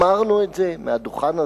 אמרנו את זה מהדוכן הזה,